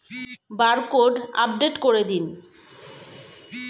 Barcode update করে দিন?